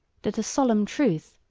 that a solemn truth,